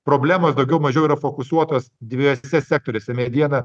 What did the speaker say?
problemos daugiau mažiau yra fokusuotos dviejuose sektoriuose mediena